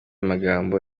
magambo